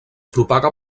propaga